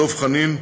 דב חנין,